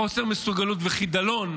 חוסר מסוגלות וחידלון,